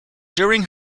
during